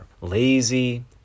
Lazy